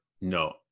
no